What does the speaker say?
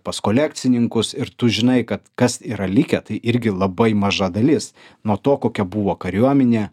pas kolekcininkus ir tu žinai kad kas yra likę tai irgi labai maža dalis nuo to kokia buvo kariuomenė